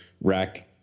rack